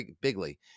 bigly